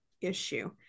issue